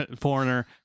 foreigner